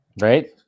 Right